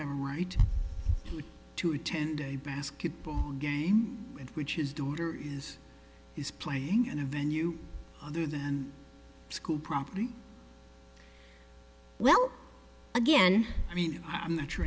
have right to attend a basketball game in which his daughter is he's playing in a venue other than school property well again i mean i'm not sure